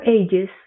ages